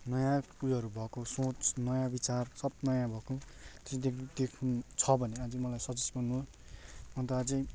नयाँ उयोहरू भएको सोच नयाँ विचार सब नयाँ भएको छ भने अझै मलाई सजेस्ट गर्नु अन्त अझै